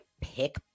pick